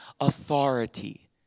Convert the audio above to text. authority